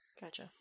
Gotcha